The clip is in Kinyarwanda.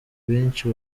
benshi